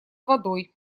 водой